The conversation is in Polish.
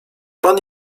pan